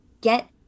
get